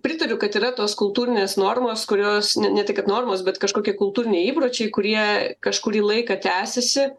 pritariu kad yra tos kultūrinės normos kurios ne ne tai kad normos bet kažkokie kultūriniai įpročiai kurie kažkurį laiką tęsiasi